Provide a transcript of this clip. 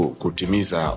kutimiza